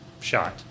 shot